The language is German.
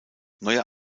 neuer